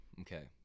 Okay